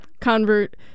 Convert